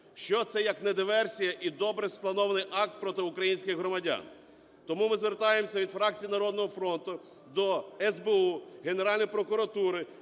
Що це як не диверсія і добре спланований акт проти українських громадян? Тому ми звертаємося від фракції "Народного фронту" до СБУ, Генеральної прокуратури